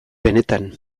benetan